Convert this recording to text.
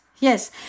yes